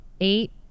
eight